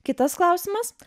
kitas klausimas